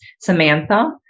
Samantha